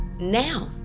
now